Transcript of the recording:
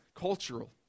cultural